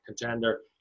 contender